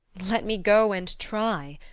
let me go and try.